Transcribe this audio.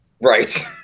Right